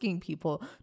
people